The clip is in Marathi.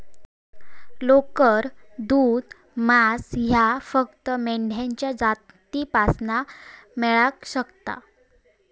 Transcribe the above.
लोकर, दूध, मांस ह्या फक्त मेंढ्यांच्या जातीपासना मेळाक शकता